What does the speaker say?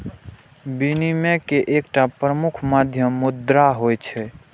विनिमय के एकटा प्रमुख माध्यम मुद्रा होइ छै